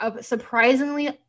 surprisingly